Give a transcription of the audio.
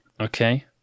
okay